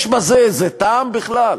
יש בזה איזה טעם בכלל?